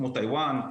כמו טאיוואן.